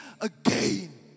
again